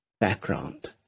background